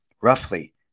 roughly